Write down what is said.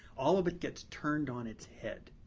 all of it gets turned on its head.